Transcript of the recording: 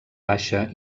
baixa